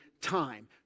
time